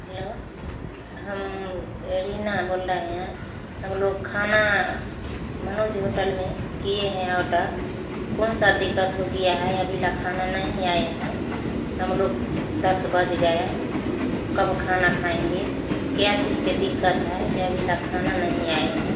hello हम रीना बोल रहे हैं हम लोग खाना मनोज होटल में किए हैं ऑर्डर कौन सा दिक्कत हो गया है अभी तक खाना नहीं आया है हम लोग दस बज गए कब खाना खाएँगे क्या चीज की दिक्कत है जा अभी तक खाना नहीं आया है